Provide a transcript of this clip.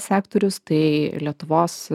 sektorius tai lietuvos